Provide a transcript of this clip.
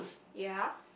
ya